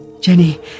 Jenny